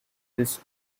this